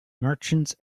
merchants